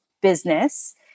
business